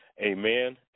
Amen